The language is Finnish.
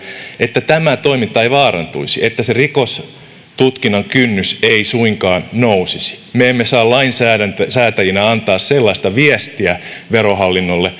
että tämä toiminta ei vaarantuisi että se rikostutkinnan kynnys ei suinkaan nousisi me emme saa lainsäätäjinä antaa sellaista viestiä verohallinnolle